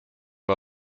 war